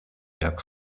jak